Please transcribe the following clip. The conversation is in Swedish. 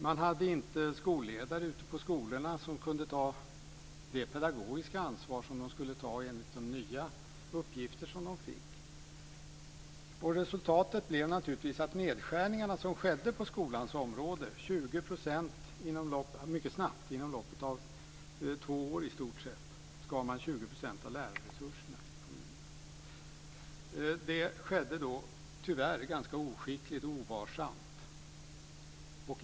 Man hade inte skolledare på skolorna som kunde ta det pedagogiska ansvar som de skulle ta enligt de nya uppgifter som de fick. Resultatet blev naturligtvis att de nedskärningar som skedde på skolans område gick mycket snabbt. Inom loppet av två år skar man 20 % av lärarresurserna i kommunerna. Det skedde tyvärr ganska oskickligt och ovarsamt.